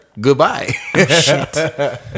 goodbye